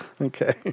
Okay